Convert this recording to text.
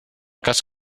cas